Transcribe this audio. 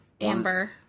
amber